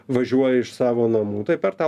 važiuoja iš savo namų tai per tą